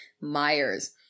Myers